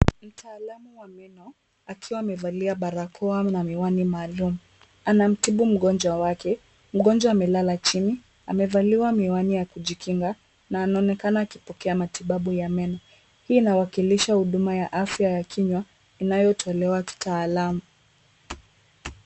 Mtaalamu wa meno akiwa amevalia barakoa na miwani maalum, anamtibu mgonjwa wake. Mgonjwa amelala chini, amevaliwa miwani ya kujikinga na anaonekana akipokea matibabu ya meno. Hii inawakilisha huduma ya afya ya kinywa inayotolewa kitaalam.